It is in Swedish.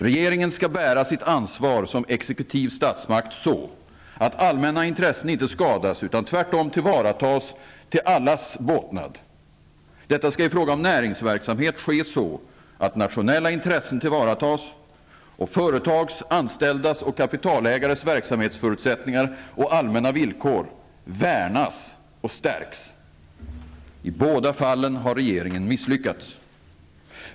Regeringen skall bära sitt ansvar som exekutiv statsmakt så att allmänna intressen inte skadas, utan tvärtom tillvaratas till allas båtnad. Detta skall i fråga om näringsverksamhet ske så att nationella intressen tillvaratas och företags, anställdas och kapitalägares verksamhetsförutsättningar och allmänna villkor värnas och stärks. I båda fallen har regeringen misslyckats.